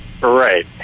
right